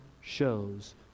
shows